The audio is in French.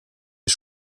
est